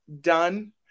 done